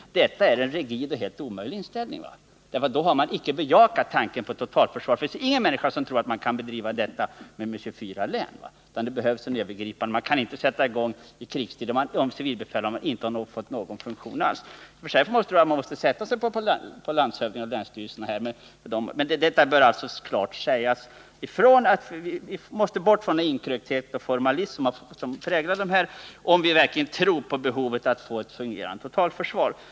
Detta är en rigid och helt omöjl inställning, för då har man inte bejakat tanken på ett totalförsvar. Ingen människa tror att man kan bedriva detta med 24 län, utan det behövs övergripande organ, och dem kan man inte bara sätta i gång i krigstid. Jag tror att man måste sätta sig på landshövdingarna och länsstyrelserna här. Det bör klart sägas ifrån att vi måste bort från inkrökthet och formalism, om vi verkligen tror på behovet av ett fungerande totalförsvar.